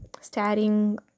starring